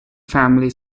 family